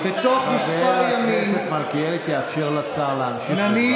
היו ועדות, היה,